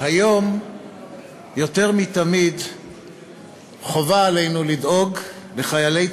היום יותר מתמיד חובה עלינו לדאוג לחיילי